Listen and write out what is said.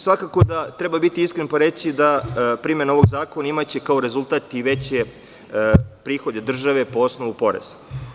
Svakako da treba biti iskren, pa reći da će primena ovog zakona imati, kao rezultat, i veće prihode države po osnovu poreza.